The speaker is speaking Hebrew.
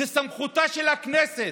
זו סמכותה של הכנסת.